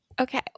Okay